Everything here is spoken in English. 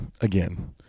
again